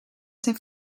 zijn